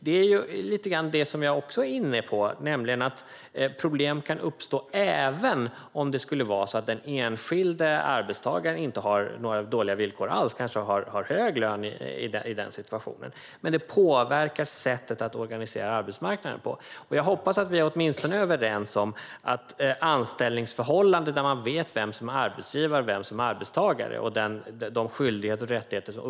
Jag är också inne på det lite, nämligen att problem kan uppstå även om den enskilde arbetstagaren inte alls har dåliga villkor utan kanske har hög lön i den situationen. Men det påverkar sättet att organisera arbetsmarknaden. Jag hoppas att jag och ministern åtminstone är överens om att anställningsförhållanden där man vet vem som är arbetsgivare och vem som är arbetstagare måste vara huvudregel på svensk arbetsmarknad.